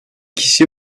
kişi